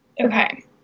Okay